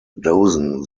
dozen